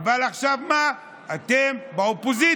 אדוני